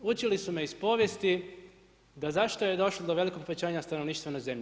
Učili su me iz povijesti da zašto je došlo do velikog povećanja stanovništva na Zemlji.